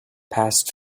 passed